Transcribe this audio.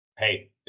Hey